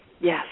Yes